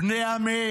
בני עמי